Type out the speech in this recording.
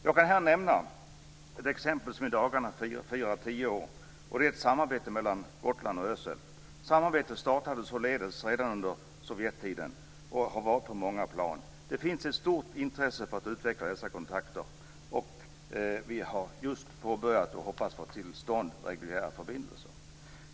Jag kan här nämna ett exempel på ett samarbete som i dagarna firar tioårsjubileum. Det är ett samarbete mellan Gotland och Ösel. Det startades således redan under sovjettiden och har skett på många plan. Det finns ett stort intresse för att utveckla dessa kontakter, och vi har just påbörjat detta och hoppas få till stånd reguljära förbindelser.